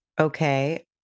okay